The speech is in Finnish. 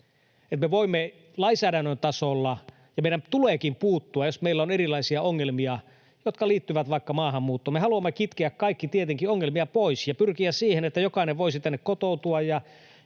me voimme puuttua lainsäädännön tasolla, ja meidän tuleekin puuttua, jos meillä on erilaisia ongelmia, jotka liittyvät vaikka maahanmuuttoon. Me haluamme tietenkin kaikki kitkeä ongelmia pois ja pyrkiä siihen, että jokainen voisi tänne kotoutua